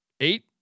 eight